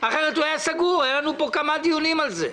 אחרת הוא היה סגור היו לנו פה כמה דיונים על זה.